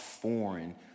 foreign